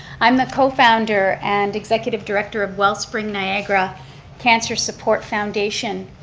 i'm the co-founder and executive director of wellspring niagara cancer support foundation.